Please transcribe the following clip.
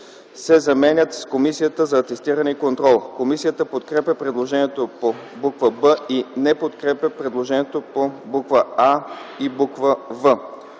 се заменят с „Комисията за атестиране и контрол”.” Комисията подкрепя предложението по буква „б” и не подкрепя предложението по буква „а” и буква